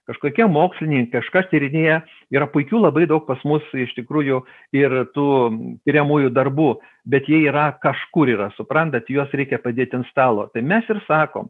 kažkokie moksliniai kažkas tyrinėja yra puikių labai daug pas mus iš tikrųjų ir tų tiriamųjų darbų bet jie yra kažkur yra suprantat juos reikia padėti ant stalo tai mes ir sakom